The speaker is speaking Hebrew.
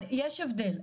יש הבדל.